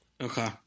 Okay